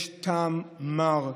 יש טעם מר,